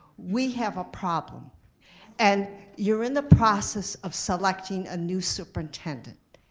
we have a problem and you're in the process of selecting a new superintendent.